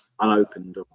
unopened